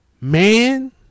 man